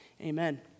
amen